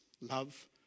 love